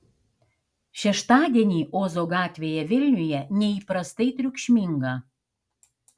šeštadienį ozo gatvėje vilniuje neįprastai triukšminga